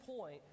point